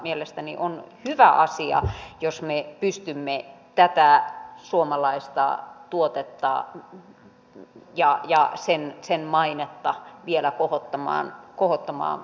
mielestäni on hyvä asia jos me pystymme tätä suomalaista tuotetta ja sen mainetta vielä kohottamaan kansainvälisesti